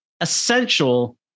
essential